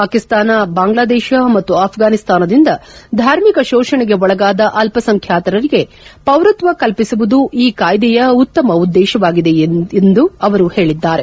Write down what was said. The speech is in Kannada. ಪಾಕಿಸ್ತಾನ ಬಾಂಗ್ಲಾದೇಶ ಮತ್ತು ಆಫ್ವಾನಿಸ್ತಾನದಿಂದ ಧಾರ್ಮಿಕ ಶೋಷಣೆಗೆ ಒಳಗಾದ ಅಲ್ಲಸಂಬ್ಲಾತರರಿಗೆ ಪೌರತ್ವ ಕಲ್ಪಿಸುವುದು ಈ ಕಾಯ್ದೆಯ ಉತ್ತಮ ಉದ್ದೇಶವಾಗಿದೆ ಎಂದು ಅವರು ಹೇಳಿದ್ದಾರೆ